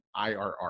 IRR